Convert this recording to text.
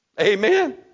Amen